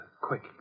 Quick